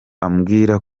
ambwira